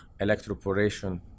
electroporation